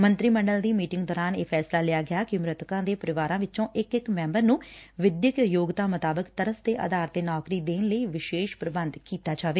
ਮੰਤਰੀ ਮੰਡਲ ਦੀ ਮੀਟਿੰਗ ਦੌਰਾਨ ਇਹ ਫੈਸਲਾ ਲਿਆ ਗਿਆ ਕਿ ਮ੍ਰਿਤਕਾਂ ਦੇ ਪਰਿਵਾਰਾਂ ਵਿੱਚੋਂ ਇਕ ਇਕ ਮੈਬਰ ਨੁੰ ਵਿਦਿਅਕ ਯੋਗਤਾ ਮੁਤਾਬਕ ਤਰਸ ਦੇ ਆਧਾਰ ਤੇ ਨੌਕਰੀ ਦੇਣ ਲਈ ਵਿਸ਼ੇਸ਼ ਪ੍ਰਬੰਧ ਕੀਤਾ ਜਾਵੇ